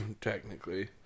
technically